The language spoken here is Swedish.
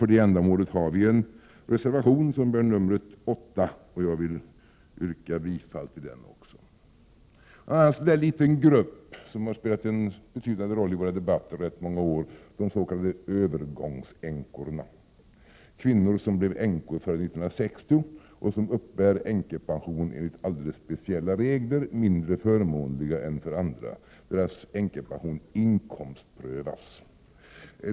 För detta ändamål har vi en reservation, som bär nr 8. Jag vill yrka bifall också till denna. En annan sådan här liten grupp som under rätt många år har spelat en betydande roll i våra debatter är de s.k. övergångsänkorna — kvinnor som blev änkor före 1960 och som uppbär änkepension enligt alldeles speciella regler, mindre förmånliga än andra. Deras änkepension inkomstprövas.